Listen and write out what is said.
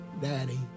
daddy